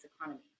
economy